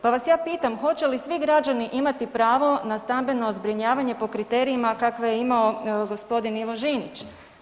Pa vas ja pitam, hoće li svi građani imati pravo na stambeno zbrinjavanje po kriterijima kakve je imao g. Ivo Žinić?